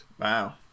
wow